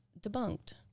debunked